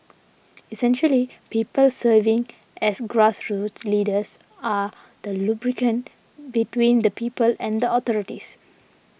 essentially people serving as grassroots leaders are the lubricant between the people and the authorities